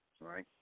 right